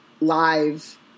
live